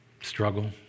struggle